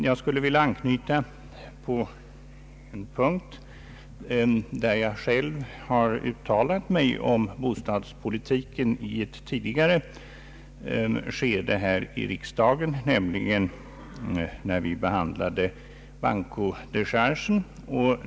Jag skulle vilja anknyta till en punkt där jag själv har uttalat mig om bostadspolitiken tidigare här i riksdagen, nämligen när vi behandlade bankodechargen.